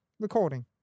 Recording